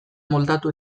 moldatu